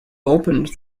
opened